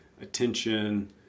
attention